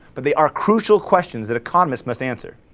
but they are crucial questions that economists must answer.